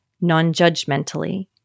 non-judgmentally